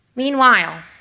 Meanwhile